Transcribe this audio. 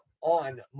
on